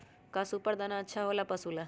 का सुपर दाना अच्छा हो ला पशु ला?